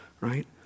right